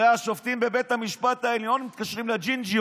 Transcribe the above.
הרי השופטים בבית המשפט העליון מתקשרים לג'ינג'י,